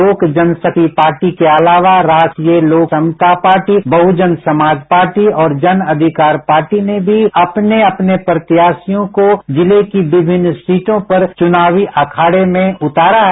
लोक जनशक्ति पार्टी के अलावा राष्ट्रीय लोक समता पार्टी बहुजन समाज पार्टी और जन अधिकार पार्टी ने भी अपने प्रत्याशियों को जिले की विभिन्न सीटों चुनावी अखाडे में उतारा है